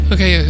Okay